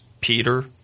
Peter